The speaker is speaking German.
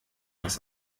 das